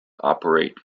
operate